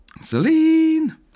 Celine